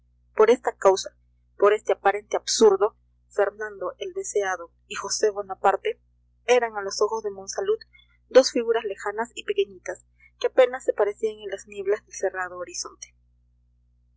por esta causa por este aparente absurdo fernando el deseado y josé bonaparte eran a los ojos de monsalud dos figuras lejanas y pequeñitas que apenas se parecían en las nieblas del cerrado horizonte